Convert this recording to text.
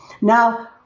Now